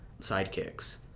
sidekicks